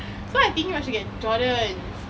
so I think I should get Jordans